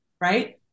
right